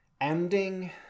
ending